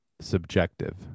subjective